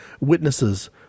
witnesses